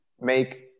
make